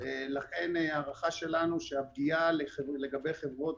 לכן ההערכה שלנו שהפגיעה לגבי חברות